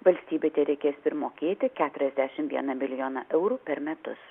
valstybei tereikės primokėti keturiasdešim vieną milijoną eurų per metus